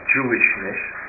Jewishness